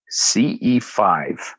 ce5